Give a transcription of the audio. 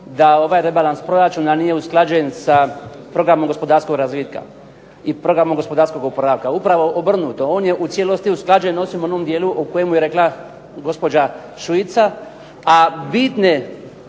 da ovaj rebalans proračuna nije usklađen sa programom gospodarskog razvitka i programom gospodarskog oporavka. Upravo obrnuto. On je u cijelosti usklađen, osim u onom dijelu o kojemu je rekla gospođa Šuica, a bitne